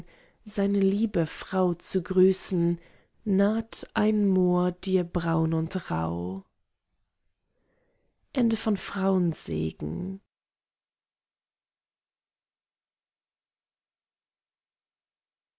seine liebe frau zu grüßen naht ein mohr dir braun und rauh